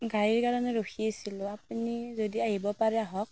গাড়ীৰ কাৰণে ৰখি আছিলোঁ আপুনি যদি আহিব পাৰে আহক